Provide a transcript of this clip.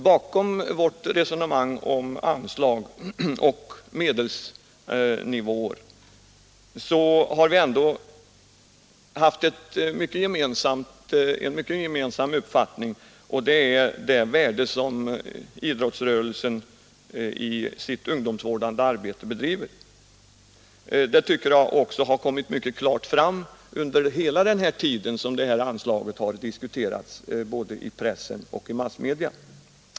Bakom vårt resonemang om anslag och medelsnivåer har vi ändå i hög grad haft en gemensam uppfattning, nämligen om värdet av det ungdomsvårdande arbete som idrottsrörelsen bedriver. Det tycker jag också har kommit mycket klart fram under hela den tid som det här anslaget har diskuterats både i pressen och i övriga massmedia.